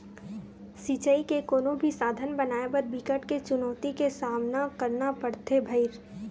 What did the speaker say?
सिचई के कोनो भी साधन बनाए बर बिकट के चुनउती के सामना करना परथे भइर